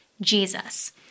Jesus